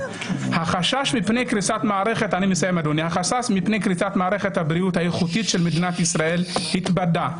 החשש מפני קריסת מערכת הבריאות האיכותית של מדינת ישראל התבדה.